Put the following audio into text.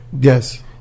Yes